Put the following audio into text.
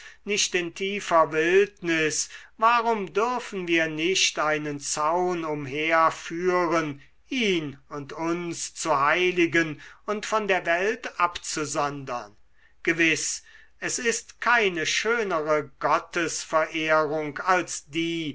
nicht in tiefer wildnis warum dürfen wir nicht einen zaun umher führen ihn und uns zu heiligen und von der welt abzusondern gewiß es ist keine schönere gottesverehrung als die